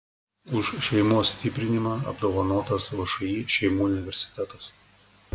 už šeimos stiprinimą apdovanotas všį šeimų universitetas